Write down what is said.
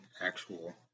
actual